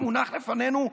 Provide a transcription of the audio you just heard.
שמונח לפנינו,